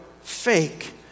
fake